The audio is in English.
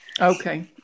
Okay